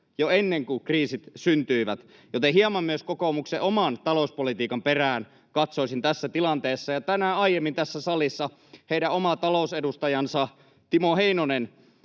jo ennen kuin kriisit syntyivät, joten hieman myös kokoomuksen oman talouspolitiikan perään katsoisin tässä tilanteessa. Tänään aiemmin tässä salissa heidän oma talousedustajansa Timo Heinonen